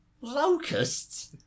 Locusts